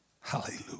Hallelujah